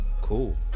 Cool